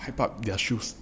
hype up their shoes